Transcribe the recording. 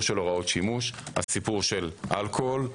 של הוראות שימוש, של אלכוהול.